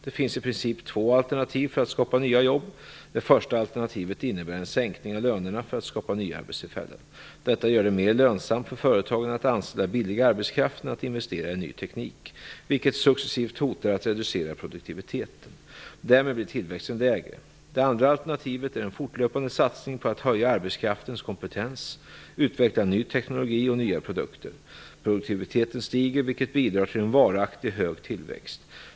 Det finns i princip två alternativ för att skapa nya jobb. Det första alternativet innebär en sänkning av lönerna för att skapa nya arbetstillfällen. Detta gör det mer lönsamt för företagen att anställa billig arbetskraft än att investera i ny teknik, vilket successivt hotar att reducera produktiviteten. Därmed blir tillväxten lägre. Det andra alternativet är en fortlöpande satsning på att höja arbetskraftens kompetens, utveckla ny teknologi och nya produkter. Produktiviteten stiger, vilket bidrar till en varaktig hög tillväxt.